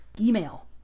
Email